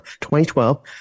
2012